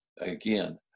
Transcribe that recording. Again